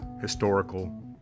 historical